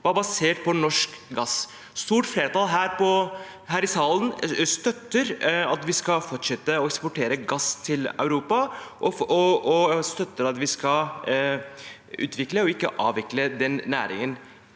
var basert på norsk gass. Et stort flertall her i salen støtter at vi skal fortsette å eksportere gass til Europa, og støtter at vi skal utvikle, ikke avvikle, den næringen.